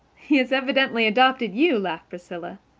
he has evidently adopted you, laughed priscilla.